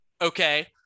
okay